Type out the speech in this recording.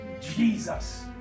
Jesus